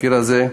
בתחקיר הזה.